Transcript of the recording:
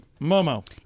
Momo